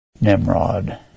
Nimrod